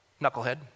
Knucklehead